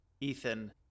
ethan